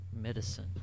medicine